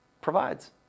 provides